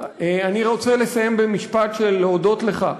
אני רוצה לסיים במשפט של להודות לך.